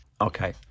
Okay